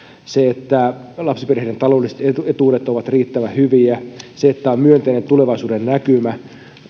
se että lapsiperheiden taloudelliset etuudet ovat riittävän hyviä se että on myönteinen tulevaisuudennäkymä